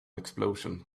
explosion